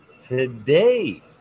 today